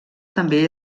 també